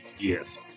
Yes